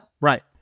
Right